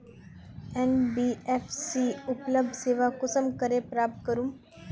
NBFC उपलब्ध सेवा कुंसम करे प्राप्त करूम?